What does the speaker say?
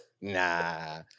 Nah